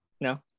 No